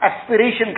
aspiration